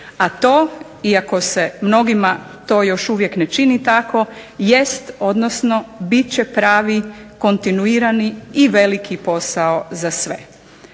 a to, iako se mnogima to još uvijek ne čini tako jest, odnosno bit će pravi kontinuirani i veliki posao za sve.